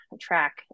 track